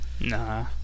Nah